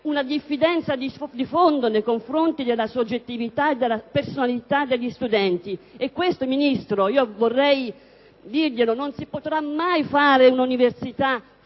una diffidenza di fondo nei confronti della soggettività e della personalità degli studenti. Signora Ministro, vorrei dirle che non si potrà mai costruire un'università